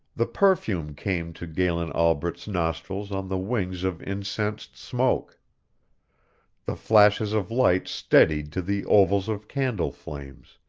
the perfume came to galen albret's nostrils on the wings of incensed smoke the flashes of light steadied to the ovals of candle flames